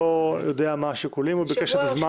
לא יודע מה השיקולים, הוא ביקש עוד זמן.